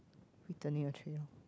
return your tray